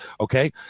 okay